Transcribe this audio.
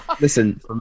Listen